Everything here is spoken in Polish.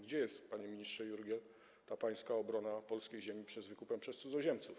Gdzie jest, panie ministrze Jurgiel, ta pańska obrona polskiej ziemi przed wykupem przez cudzoziemców?